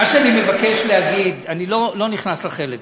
מה שאני מבקש להגיד, אני לא נכנס לחלק הזה.